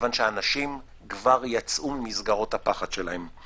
כיוון שהאנשים כבר יצאו ממסגרות הפחד שלהם.